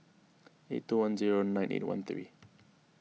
eight two one zero nine eight one three